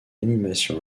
animation